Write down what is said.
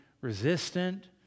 resistant